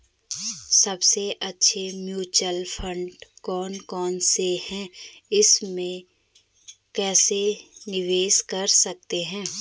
सबसे अच्छे mutual fund कौन कौनसे हैं इसमें कैसे निवेश कर सकते हैं?